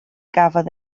gafodd